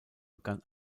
begann